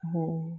हो